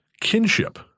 kinship